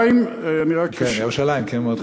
בירושלים, בירושלים, כן, מאוד חשוב.